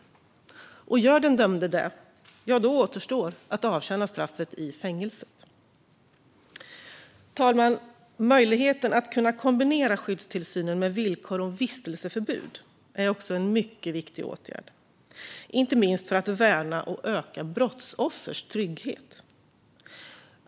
Om den dömde gör det återstår att avtjäna straffet i fängelse. Fru talman! Möjligheten att kombinera skyddstillsynen med villkor om vistelseförbud är också en mycket viktig åtgärd, inte minst för att värna och öka brottsoffers trygghet.